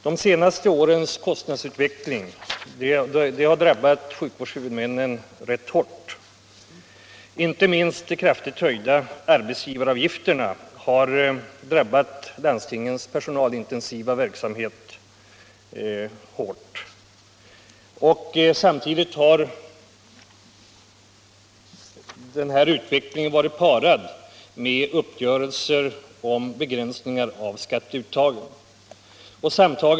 De senaste årens kostnadsutveckling har drabbat sjukvårdshuvudmännen rätt hårt. Inte minst de kraftigt höjda arbetsgivaravgifterna har drabbat landstingens personalintensiva verksamhet hårt. Samtidigt har denna utveckling varit parad med uppgörelser om begränsningar i skatteuttaget.